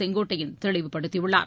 செங்கோட்டையன் தெளிவுபடுத்தியுள்ளார்